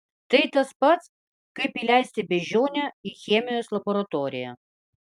tai tas pat kaip įleisti beždžionę į chemijos laboratoriją